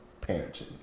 parenting